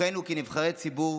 בכוחנו כנבחרי ציבור